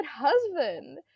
husband